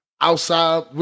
outside